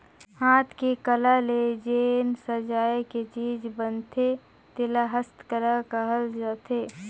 हाथ के कला ले जेन सजाए के चीज बनथे तेला हस्तकला कहल जाथे